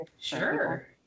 Sure